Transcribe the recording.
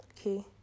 Okay